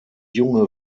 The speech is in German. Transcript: junge